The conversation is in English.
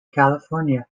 california